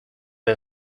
les